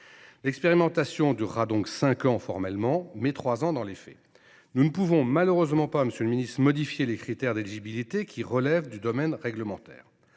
L’expérimentation durera donc cinq ans formellement, mais trois ans dans les faits. Nous ne pouvons malheureusement pas modifier les conditions d’éligibilité, qui relèvent du domaine réglementaire.